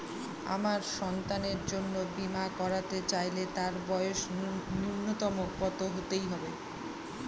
আমার সন্তানের জন্য বীমা করাতে চাইলে তার বয়স ন্যুনতম কত হতেই হবে?